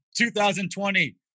2020